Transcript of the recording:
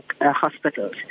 hospitals